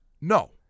No